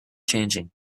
changing